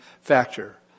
factor